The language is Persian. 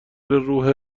روح